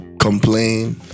complain